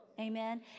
Amen